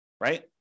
right